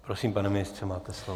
Prosím, pane ministře, máte slovo.